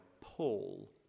Paul